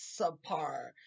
subpar